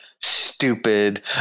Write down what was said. stupid